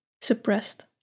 suppressed